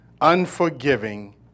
unforgiving